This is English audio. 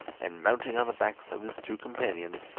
and mounting on the backs of his two companions,